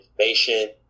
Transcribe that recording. information